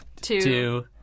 two